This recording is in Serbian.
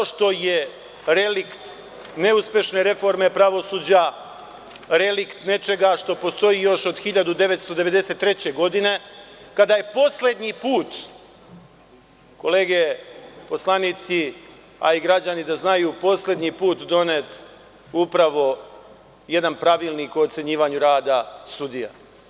Zato što je relikt neuspešne reforme pravosuđa, relikt nečega što postoji još od 1953. godine kada je poslednji put, kolege poslanici, a i građani da znaju, donet upravo jedan pravilnik o ocenjivanju rada sudija.